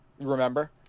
Remember